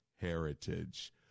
heritage